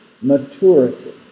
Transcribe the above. maturity